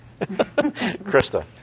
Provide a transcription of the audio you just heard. Krista